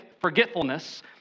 forgetfulness